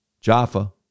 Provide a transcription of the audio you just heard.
Jaffa